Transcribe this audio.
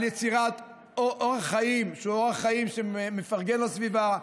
על יצירת אורח חיים שהוא אורח חיים שמפרגן לסביבה,